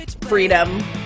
freedom